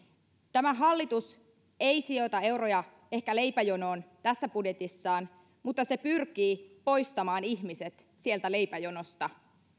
tämä hallitus ei ehkä sijoita euroja leipäjonoon tässä budjetissaan mutta se pyrkii poistamaan ihmiset sieltä leipäjonosta